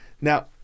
now